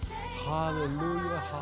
hallelujah